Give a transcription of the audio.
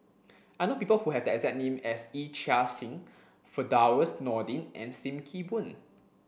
I know people who have the exact name as Yee Chia Hsing Firdaus Nordin and Sim Kee Boon